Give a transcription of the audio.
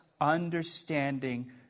understanding